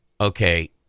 Okay